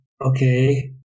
okay